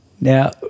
now